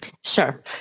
Sure